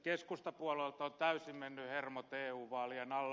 keskustapuolueelta on täysin mennyt hermot eu vaalien alla